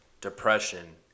depression